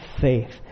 faith